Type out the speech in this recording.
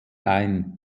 ein